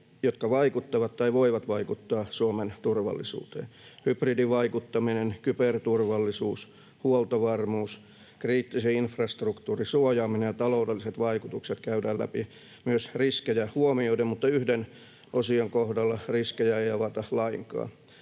jotka vaikuttavat tai voivat vaikuttaa Suomen turvallisuuteen. Hybridivaikuttaminen, kyberturvallisuus, huoltovarmuus, kriittisen infrastruktuurin suojaaminen ja taloudelliset vaikutukset käydään läpi myös riskejä huomioiden. Mutta yhden osion kohdalla riskejä ei avata lainkaan.